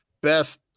best